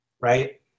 right